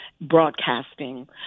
broadcasting